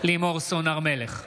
לימור סון הר מלך,